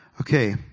Okay